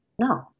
No